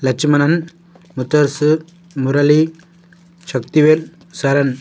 Lakshmanan Mutharasu Murali Sakthivel Charan